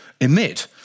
emit